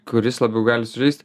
kuris labiau gali sužeisti